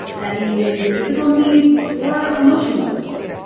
that may mean physical needs or emotional support.